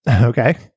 Okay